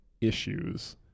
issues